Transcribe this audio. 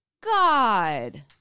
god